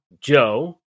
Joe